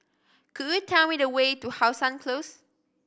could you tell me the way to How Sun Close